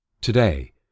Today